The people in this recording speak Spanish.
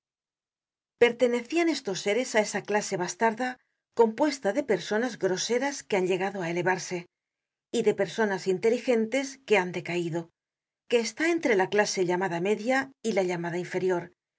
pertenecian estos seres á esa clase bastarda compuesta de personas groseras que han llegado á elevarse y de personas inteligentes que han decaido que está entre la clase llamada media y la llamada inferior